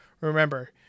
remember